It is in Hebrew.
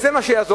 זה מה שיעזור,